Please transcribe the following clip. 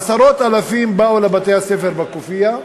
עשרות אלפים באו לבתי-הספר בכופיה,